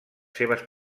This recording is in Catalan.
seves